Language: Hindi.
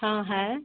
हाँ है